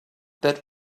that